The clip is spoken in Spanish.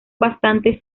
bastantes